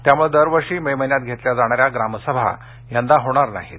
त्यामुळे दरवर्षी मे महिन्यात घेतल्या जाणाऱ्या ग्रामसभा यंदा होणार नाहीत